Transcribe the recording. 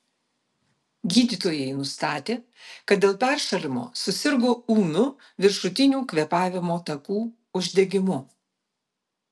gydytojai nustatė kad dėl peršalimo susirgo ūmiu viršutinių kvėpavimo takų uždegimu